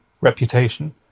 reputation